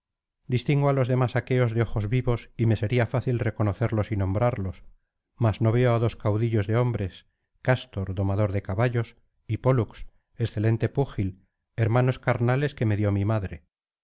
distingo á los demás aqueos de ojos vivos y me sería fácil reconocerlos y nombrarlos mas no veo á dos caudillos de hombres castor domador de caballos y pólux excelente púgil hermanos carnales que me dio mi madre